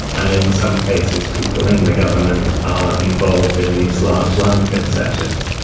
and in some cases people in the government are involved in these large land concessions.